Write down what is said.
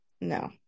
No